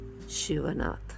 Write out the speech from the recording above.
Shivanath